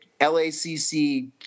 LACC